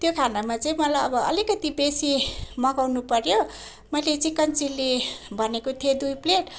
त्यो खानामा चाहिँ मलाई अब अलिकति बेसी मगाउन पर्यो मैले चिकन चिल्ली भनेको थिएँ दुई प्लेट